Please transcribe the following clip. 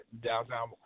downtown